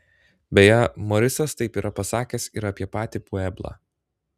beje morisas taip yra pasakęs ir apie patį pueblą